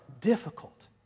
difficult